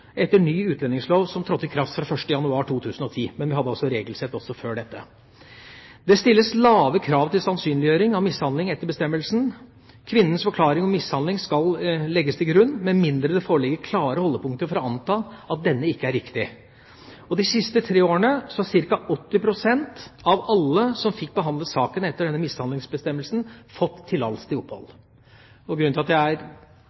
etter ny utlendingslov som trådte i kraft 1. januar 2010. Men vi hadde altså regelsett også før dette. Det stilles lave krav til sannsynliggjøring av mishandling etter bestemmelsen: Kvinnens forklaring om mishandling skal legges til grunn, med mindre det foreligger klare holdepunkter for å anta at denne ikke er riktig. De siste tre årene har ca. 80 pst. av alle som fikk behandlet saken etter denne mishandlingsbestemmelsen, fått tillatelse til opphold. Grunnen til at jeg understreker dette, er